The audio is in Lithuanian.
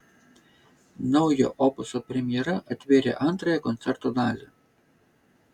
naujo opuso premjera atvėrė antrąją koncerto dalį